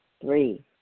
Three